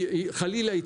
חלילה,